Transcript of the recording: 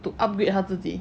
to upgrade 他自己